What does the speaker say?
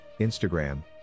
Instagram